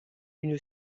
une